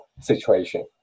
situation